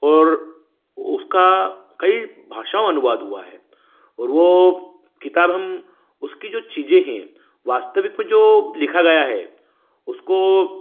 और उसका कई भाषाओं अनुवाद हुआ है और वह किताब हम उसकी जो चीज़ें हैं वास्तविक में जो लिखा गया है उसको